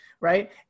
Right